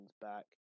back